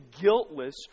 guiltless